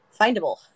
findable